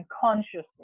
consciously